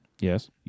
Yes